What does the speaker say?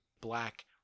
Black